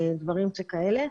דברים שכאלה,